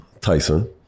Tyson